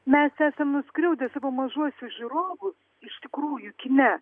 mes esam nuskriaudę savo mažuosius žiūrovus iš tikrųjų kine